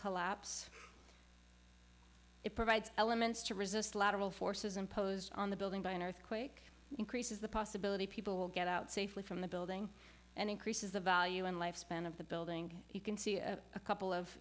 collapse it provides elements to resist lateral forces imposed on the building by an earthquake increases the possibility people will get out safely from the building and increases the value and lifespan of the building you can see a couple of